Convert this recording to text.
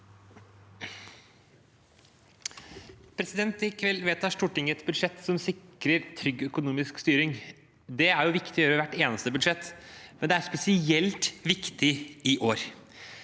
I kveld vedtar Stortinget et budsjett som sikrer trygg økonomisk styring. Det er viktig å gjøre i hvert eneste budsjett, men det er spesielt viktig i år.